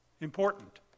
Important